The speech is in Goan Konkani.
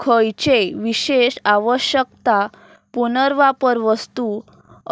खंयचेय विशेश आवश्यकता पुनर्वापर वस्तू